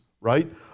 right